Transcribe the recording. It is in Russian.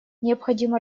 необходимо